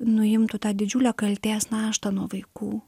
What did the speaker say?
nuimtų tą didžiulę kaltės naštą nuo vaikų